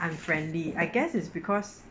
unfriendly I guess it's because